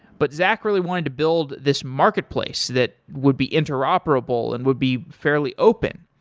but zach really wanted to build this marketplace that would be interoperable and would be fairly open,